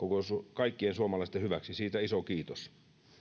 kaikkien suomalaisten hyväksi siitä iso kiitos